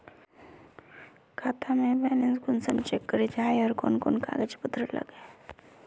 खाता में बैलेंस कुंसम चेक करे जाय है कोन कोन सा कागज पत्र लगे है?